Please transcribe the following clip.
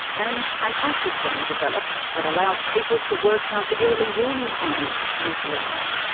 and an app is being developed that allows people to work out the early warning signs of mental illness,